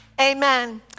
amen